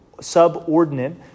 subordinate